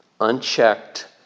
unchecked